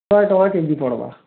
ଶହେ ଟଙ୍କା କେଜି ପଡ଼୍ବା